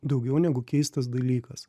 daugiau negu keistas dalykas